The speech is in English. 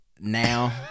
now